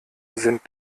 sind